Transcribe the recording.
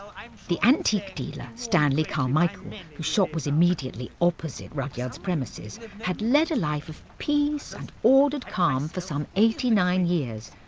the antique dealer, stanley carmichael whose shop was immediately opposite rudyard's premises had led a life of peace and ordered calm for some eighty-nine years.